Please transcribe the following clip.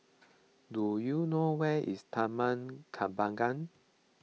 do you know where is Taman Kembangan